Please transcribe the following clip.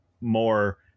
more